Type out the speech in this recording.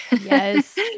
Yes